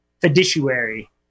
fiduciary